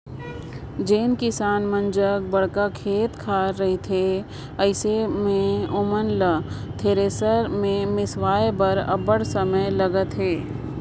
जेन किसान मन जग बगरा खेत खाएर रहथे अइसे मे ओमन ल थेरेसर मे मिसवाए बर अब्बड़ समे लगत अहे